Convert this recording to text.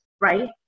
right